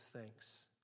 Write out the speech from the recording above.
thanks